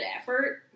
effort